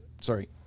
sorry